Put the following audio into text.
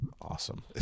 awesome